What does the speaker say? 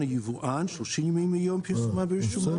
או יבואן 30 ימים מיום פרסומן ברשומות,